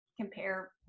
compare